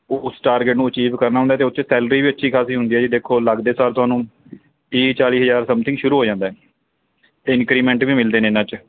ਉਸ ਟਾਰਗੇਟ ਨੂੰ ਅਚੀਵ ਕਰਨਾ ਹੁੰਦਾ ਅਤੇ ਉਹ 'ਚ ਸੈਲਰੀ ਵੀ ਅੱਛੀ ਖਾਸੀ ਹੁੰਦੀ ਹੈ ਜੀ ਦੇਖੋ ਲੱਗਦੇ ਸਾਰ ਤੁਹਾਨੂੰ ਤੀਹ ਚਾਲੀ ਹਜ਼ਾਰ ਸਮਥਿੰਗ ਸ਼ੁਰੂ ਹੋ ਜਾਂਦਾ ਅਤੇ ਇਨਕਰੀਮੈਂਟ ਵੀ ਮਿਲਦੇ ਨੇ ਇਹਨਾਂ 'ਚ